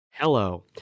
Hello